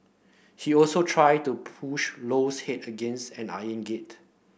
he also tried to push Low's head against an iron gate